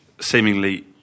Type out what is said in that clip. seemingly